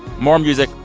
more music,